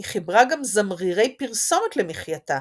היא חיברה גם זמרירי פרסומת למחייתה,